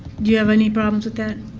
you have any problems with that?